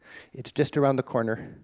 it's just around the corner,